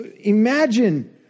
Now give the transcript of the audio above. imagine